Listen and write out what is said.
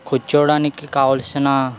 కూర్చోవడానికి కావాల్సిన